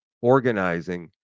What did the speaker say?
organizing